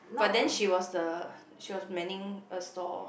but then she was the she was manning a stall